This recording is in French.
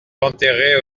enterré